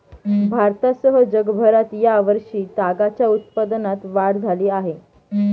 भारतासह जगभरात या वर्षी तागाच्या उत्पादनात वाढ झाली आहे